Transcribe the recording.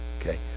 okay